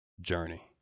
journey